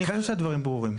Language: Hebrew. הדברים ברורים.